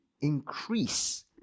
increase